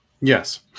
Yes